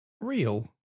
real